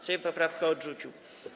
Sejm poprawkę odrzucił.